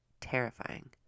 terrifying